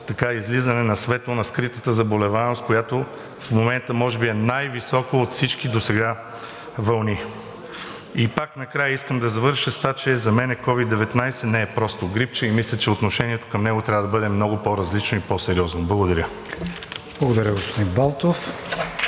за излизане на светло на скритата заболеваемост, която в момента може би е най-висока от всички вълни досега. Накрая искам да завърша с това, че за мен COVID-19 не е просто грипче и мисля, че отношението към него трябва да бъде много по-различно и по-сериозно. Благодаря. (Ръкопляскания от